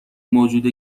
موجود